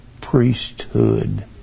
priesthood